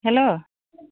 hello